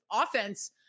offense